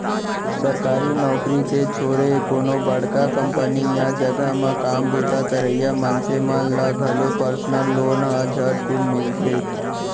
सरकारी नउकरी के छोरे कोनो बड़का कंपनी या जघा म काम बूता करइया मनसे मन ल घलौ परसनल लोन ह झटकुन मिलथे